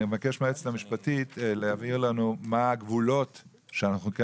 אני מבקש מהיועצת המשפטית להבהיר לנו מה הגבולות שאנחנו כן